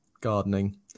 gardening